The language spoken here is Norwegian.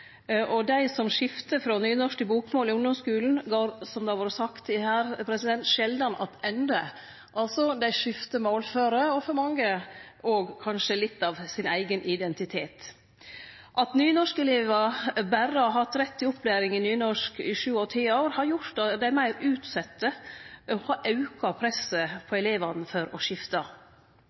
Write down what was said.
Og dei som skiftar frå nynorsk til bokmål i ungdomsskulen, går, som det har vore sagt her, sjeldan attende. Dei skiftar målform, og for mange òg kanskje litt av sin eigen identitet. At nynorskelevar berre har hatt rett til opplæring i nynorsk i sju av ti år, har gjort dei meir utsette og har auka presset på elevane for å